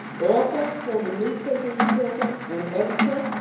author, former newspaper reporter and editor,